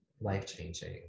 life-changing